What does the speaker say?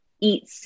eat